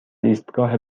ایستگاه